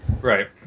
Right